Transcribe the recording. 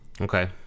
Okay